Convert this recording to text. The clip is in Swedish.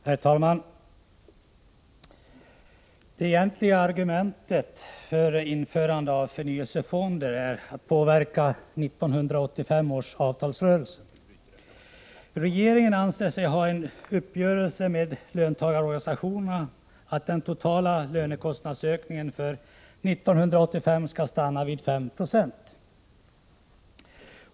Herr talman! Det egentliga argumentet för införande av förnyelsefonder är att påverka 1985 års avtalsrörelse. Regeringen anser sig ha en uppgörelse med löntagarorganisationerna om att den totala lönekostnadsökningen för 1985 skall stanna vid 5 96.